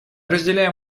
разделяем